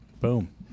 boom